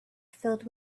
filled